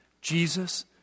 Jesus